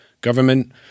government